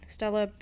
Stella